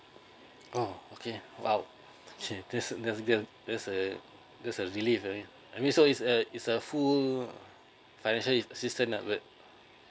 oh okay !wow! okay that's that's that's a that's a that's a relief I mean so it's a it's a full financial assistant are there